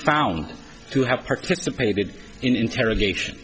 found to have participated in interrogation